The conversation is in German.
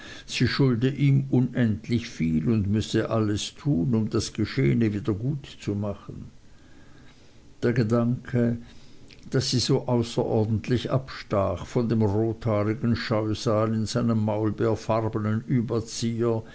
sie schulde ihm unendlich viel und müsse alles tun um das geschehne wieder gut zu machen der gedanke daß sie so außerordentlich abstach von dem rothaarigen scheusal in seinem maulbeerfarbenen überzieher